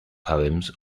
poems